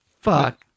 fuck